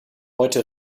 heute